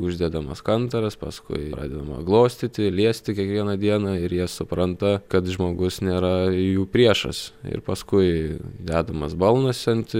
uždedamas kantaras paskui pradedama glostyti liesti kiekvieną dieną ir jie supranta kad žmogus nėra jų priešas ir paskui dedamas balnas ant